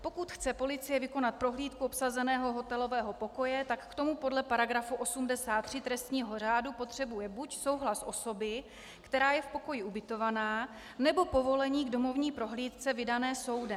Pokud chce policie vykonat prohlídku obsazeného hotelového pokoje, tak k tomu podle § 83 trestního řádu potřebuje buď souhlas osoby, která je v pokoji ubytována, nebo povolení k domovní prohlídce vydané soudem.